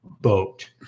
boat